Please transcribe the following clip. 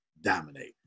dominate